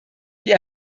die